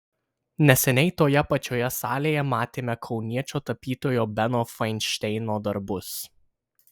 neseniai toje pačioje salėje matėme kauniečio tapytojo beno fainšteino darbus